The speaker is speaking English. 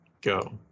go